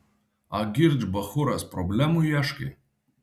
agirdž bachūras problemų ieškai